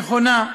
נכונה.